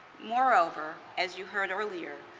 moreover as you heard earlier,